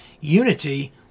unity